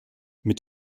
mit